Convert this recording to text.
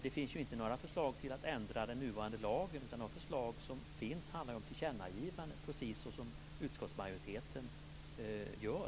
Det finns inte några förslag till att ändra den nuvarande lagen. De förslag som finns handlar om tillkännagivanden, precis som utskottsmajoriteten gör.